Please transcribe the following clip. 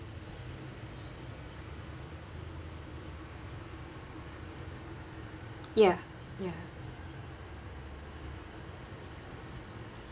ya ya